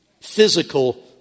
physical